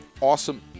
awesome